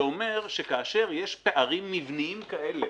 זה אומר שכאשר יש פערים מבניים כאלה